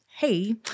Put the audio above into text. hey